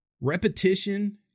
Repetition